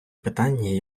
питання